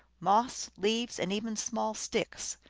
moss, leaves, and even small sticks.